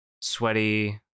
sweaty